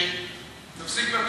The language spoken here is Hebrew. נפסיק לטוס.